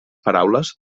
paraules